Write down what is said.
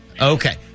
Okay